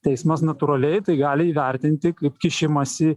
teismas natūraliai tai gali įvertinti kaip kišimąsi